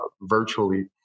virtually